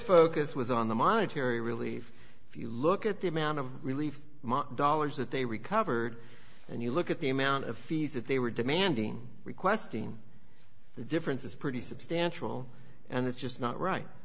focus was on the monetary relief if you look at the amount of relief dollars that they recovered and you look at the amount of fees that they were demanding requesting the difference is pretty substantial and it's just not right